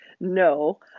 no